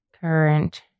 current